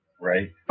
Right